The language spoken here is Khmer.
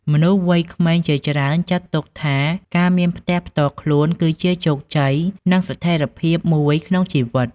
មនុស្សវ័យក្មេងជាច្រើនចាត់ទុកថា ការមានផ្ទះផ្ទាល់ខ្លួនគឹជាជោគជ័យនិងស្ថេរភាពមួយក្នុងជីវិត។